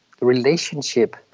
relationship